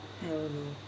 ya loh